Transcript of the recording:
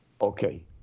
Okay